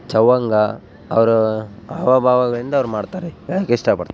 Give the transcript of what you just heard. ಚವಂಗ ಅವರು ಹಾವಭಾವಗಳಿಂದ ಅವ್ರು ಮಾಡ್ತಾರೆ ಹೇಳೋಕ್ ಇಷ್ಟ ಪಡು